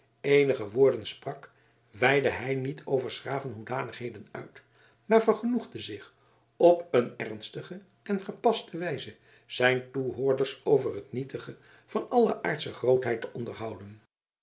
eenige woorden sprak weidde hij niet over sgraven hoedanigheden uit maar vergenoegde zich op een ernstige en gepaste wijze zijn toehoorders over het nietige van alle aardsche grootheid te onderhouden